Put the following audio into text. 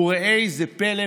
וראה זה פלא,